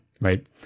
right